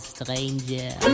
Stranger